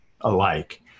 alike